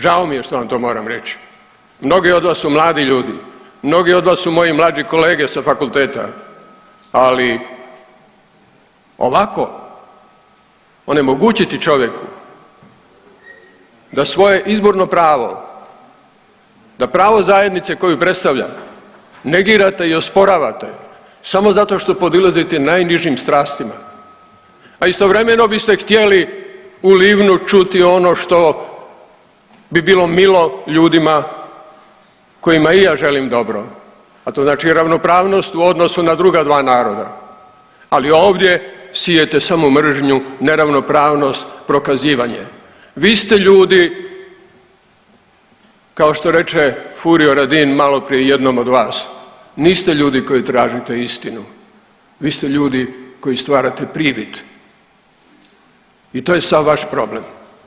Žao mi je što vam to moram reći, mnogi od vas su mladi ljudi, mnogi od vas su moji mlađi kolege sa fakulteta, ali ovako onemogućiti čovjeku da svoje izborno pravo, da pravo zajednice koju predstavlja negirate i osporavate samo zato što podilazite najnižim strastima, a istovremeno biste htjeli u Livnu čuti ono što bi bilo milo ljudima kojima i ja želim dobro, a to znači ravnopravnost u odnosu na druga dva naroda, ali ovdje sijete samo mržnju, neravnopravnost, prokazivanje, vi ste ljudi kao što reče Furio Radin maloprije od vas, niste ljudi koji tražite istinu, vi ste ljudi koji stvarate privid i to je sav vaš problem.